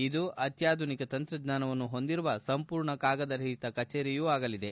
ಇದು ಅತ್ಯಾಧುನಿಕ ತಂತ್ರಜ್ಞಾನವನ್ನು ಹೊಂದಿರುವ ಸಂಪೂರ್ಣ ಕಾಗದರಹಿತ ಕಚೇರಿಯೂ ಆಗಲಿದೆ